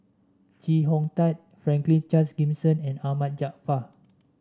Chee Hong Tat Franklin Charles Gimson and Ahmad Jaafar